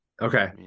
Okay